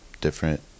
different